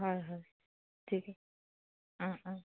হয় হয় ঠিকে অ' অ'